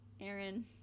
Aaron